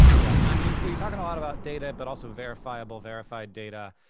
yeah, i mean, so you're talking a lot about data, but also verifiable, verified data.